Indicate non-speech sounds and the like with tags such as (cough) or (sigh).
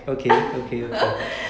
(laughs)